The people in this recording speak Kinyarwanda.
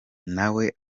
nawe